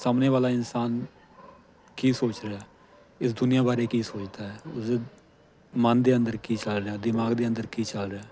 ਸਾਹਮਣੇ ਵਾਲਾ ਇਨਸਾਨ ਕੀ ਸੋਚ ਰਿਹਾ ਇਸ ਦੁਨੀਆ ਬਾਰੇ ਕੀ ਸੋਚਦਾ ਹੈ ਉਸਦੇ ਮਨ ਦੇ ਅੰਦਰ ਕੀ ਚੱਲ ਰਿਹਾ ਦਿਮਾਗ ਦੇ ਅੰਦਰ ਕੀ ਚੱਲ ਰਿਹਾ